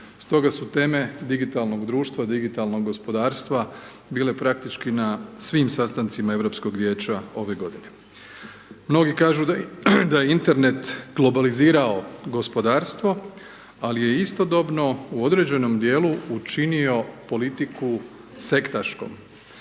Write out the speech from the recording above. Stoga su teme digitalnog društva, digitalnog gospodarstva bile praktički na svim sastancima Europskog vijeća ove godine. Mnogi kažu da je internet globalizirao gospodarstvo ali je istodobno u određenom dijelu učinio politiku sektaškom.